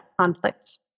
conflicts